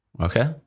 okay